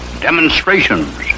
demonstrations